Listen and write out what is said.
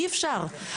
אי אפשר,